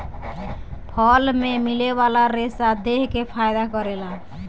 फल मे मिले वाला रेसा देह के फायदा करेला